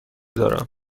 دارم